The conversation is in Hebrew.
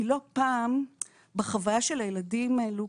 כי לא פעם בחוויה של הילדים האלה,